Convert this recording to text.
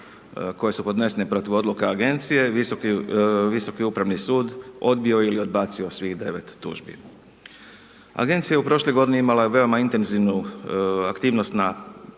koje su podnesene protiv odluka agencije Visoki upravni sud odbio je ili odbacio svih 9 tužbi. Agencija je u prošloj godini imala veoma intenzivnu aktivnost na